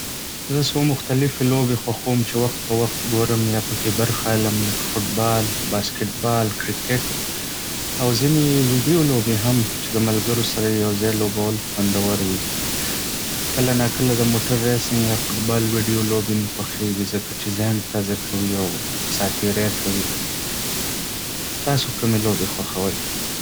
زه څو مختلفې لوبې خوښوم چې وخت پر وخت ګورم یا پکې برخه اخلم. لکه فوټبال، باسکټبال، کرکټ، او ځینې ویډیو لوبې هم، چې د ملګرو سره یې یو ځای لوبول خوندور وي. کله ناکله د موټر ریسینګ یا فټبال ویډیو لوبې مې خوښېږي، ځکه چې ذهن تازه کوي او ساتیري کوي. تاسو کومې لوبې خوښوئ؟